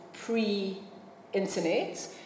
pre-internet